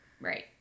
Right